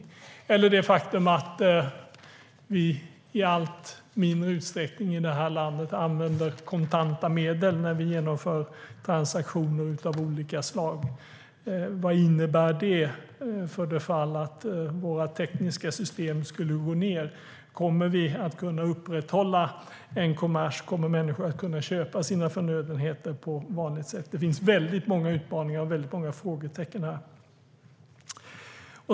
Man kan också ta det faktum att vi i det här landet i allt mindre utsträckning använder kontanta medel när vi genomför transaktioner av olika slag. Vad innebär det för det fall att våra tekniska system går ned? Kommer vi att kunna upprätthålla en kommers? Kommer människor att kunna köpa sina förnödenheter på vanligt sätt? Det finns många utmaningar och många frågetecken här.